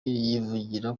yivugira